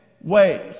ways